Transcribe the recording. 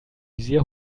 visier